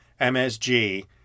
MSG